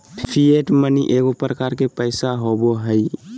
fiat money एगो प्रकार के पैसा होबो हइ